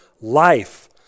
life